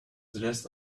dressed